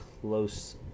close